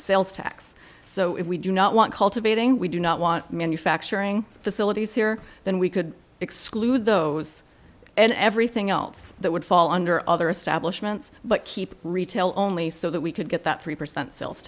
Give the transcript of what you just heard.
sales tax so if we do not want cultivating we do not want manufacturing facilities here then we could exclude those and everything else that would fall under other establishments but keep retail only so that we could get that three percent sales